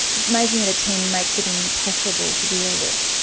making it a ten makes it impossible to deal with.